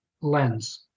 lens